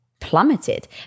plummeted